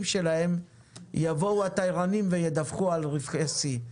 שלהם יבואו התיירנים וידווחו על רווחי שיא?